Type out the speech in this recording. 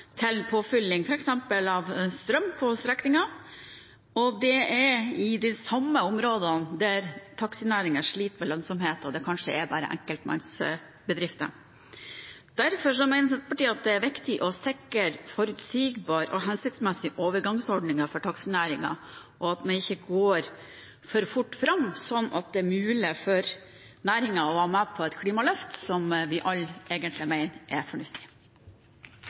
til påfylling av f.eks. strøm på strekningen, og det i de samme områdene der taxinæringen sliter med lønnsomhet og det kanskje bare er enkeltpersonbedrifter. Derfor mener Senterpartiet at det er viktig å sikre forutsigbare og hensiktsmessige overgangsordninger for taxinæringen, og at man ikke går for fort fram, sånn at det er mulig for næringen å være med på et klimaløft som vi alle egentlig mener er fornuftig.